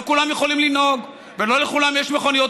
לא כולם יכולים לנהוג ולא לכולם יש מכוניות